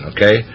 Okay